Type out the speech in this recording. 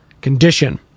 condition